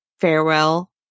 farewell